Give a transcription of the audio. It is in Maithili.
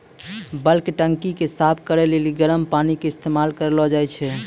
बल्क टंकी के साफ करै लेली गरम पानी के इस्तेमाल करलो जाय छै